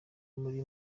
muri